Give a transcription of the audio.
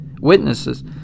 witnesses